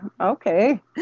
okay